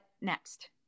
next